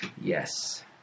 Yes